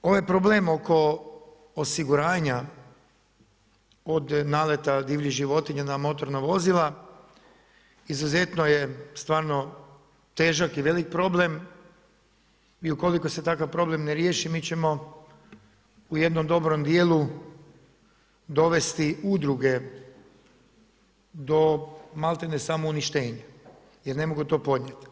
Ovaj problem oko osiguranja, od naleta divljih životinja na motorna vozila izuzetno je stvarno težak i velik problem i ukoliko se takav problem ne riješi mi ćemo u jednom dobrom dijelu dovesti udruge do maltene samouništenja, jer ne mogu to podnijeti.